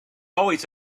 always